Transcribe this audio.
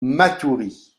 matoury